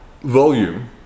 volume